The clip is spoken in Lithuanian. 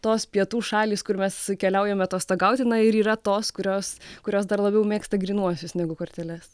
tos pietų šalys kur mes keliaujame atostogauti na ir yra tos kurios kurios dar labiau mėgsta grynuosius negu korteles